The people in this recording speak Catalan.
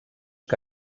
que